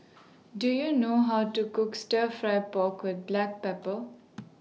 Do YOU know How to Cook Stir Fry Pork with Black Pepper